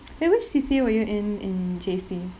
eh which C_C_A were you in in J_C